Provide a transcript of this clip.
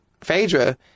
Phaedra